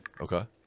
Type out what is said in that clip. Okay